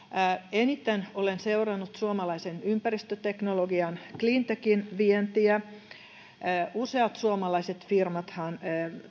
eniten olen seurannut suomalaisen ympäristöteknologian cleantechin vientiä useat suomalaiset firmathan